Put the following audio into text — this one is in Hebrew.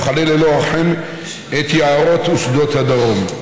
המכלה ללא רחם את יערות ושדות הדרום.